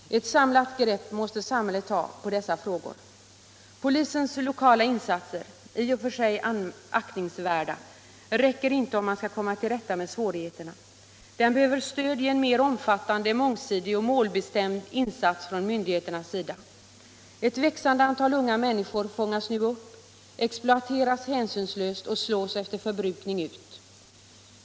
Ett samlat grepp måste samhället ta på dessa frågor. Polisens lokala insatser, i och för sig aktningsvärda, räcker inte om man skall komma till rätta med svårigheterna. Den behöver stöd i en mer omfattande, månegsidig och målbestämd insats från myndigheternas sida. Ett växande antal unga människor fångas nu upp exploateras hänsynslöst och slås efter förbrukning ut.